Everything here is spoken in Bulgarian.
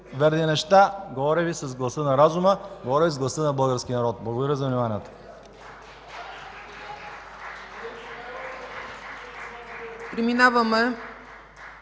верни неща, говоря Ви с гласа на разума, говоря с гласа на българския народ. Благодаря за вниманието.